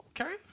Okay